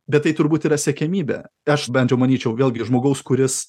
bet tai turbūt yra siekiamybė aš bent jau manyčiau vėlgi žmogaus kuris